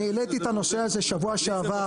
אני העליתי את הנושא הזה בשבוע שעבר,